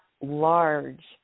large